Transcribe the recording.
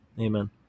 Amen